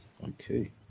Okay